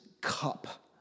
cup